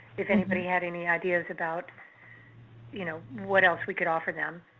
if anybody had any ideas about you know what else we could offer them.